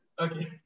Okay